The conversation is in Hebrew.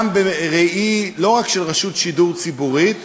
גם בראי לא רק של רשות שידור ציבורי,